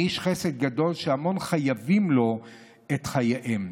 איש חסד גדול שהמון חייבים לו את חייהם.